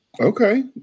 Okay